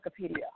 Wikipedia